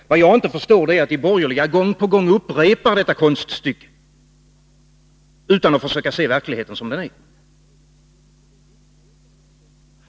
Vad jag inte förstår är att de borgerliga gång på gång upprepar detta konststycke utan att se verkligheten som den är.